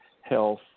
health